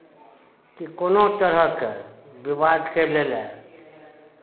कि कोनो तरहके विवादकेँ लै लए